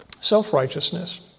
Self-righteousness